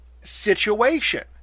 situation